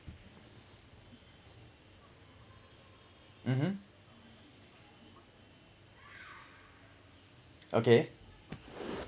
(uh huh) okay